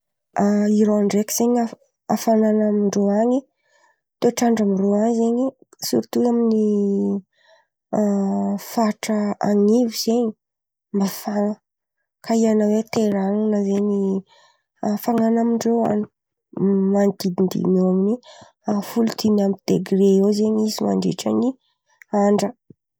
A Iran ndraiky zen̈y af- hafanana amin-drô an̈y, toetrandra amy rô an̈y zen̈y, sirto amin’ny a faritra anivo zen̈y, mafana. Kaiana hoe Teheranina zen̈y hafanana amin-drô an̈y. M- manodididina eo amin’ny folo dimy amby degre eo zen̈y izy mandritra ny andra.